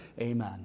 Amen